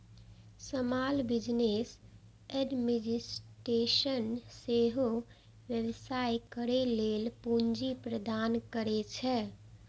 small business administration सेहो व्यवसाय करै लेल पूंजी प्रदान करै छै